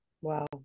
Wow